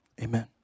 Amen